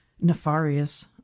nefarious